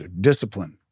discipline